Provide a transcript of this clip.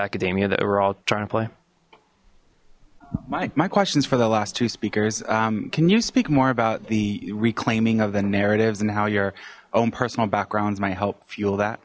academia that we're all trying to play my questions for the last two speakers can you speak more about the reclaiming of the narratives and how your own personal backgrounds might help fuel that